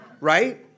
right